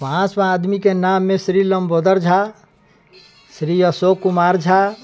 पाँच आदमीके नाममे श्री लम्बोदर झा श्री अशोक कुमार झा